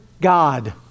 God